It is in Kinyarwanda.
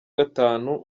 gatanu